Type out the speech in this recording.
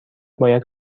باید